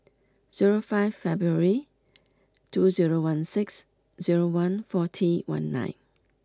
zero five February two zero one six zero one forty one nine